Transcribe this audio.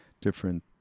different